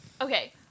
Okay